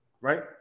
right